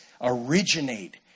originate